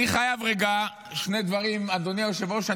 אדוני היושב-ראש,